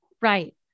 Right